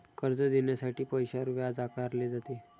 कर्ज देण्यासाठी पैशावर व्याज आकारले जाते